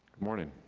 morning.